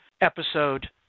episode